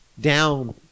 down